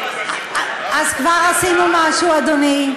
אז כבר עשינו משהו, אדוני.